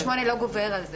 אבל 28 לא גובר על זה.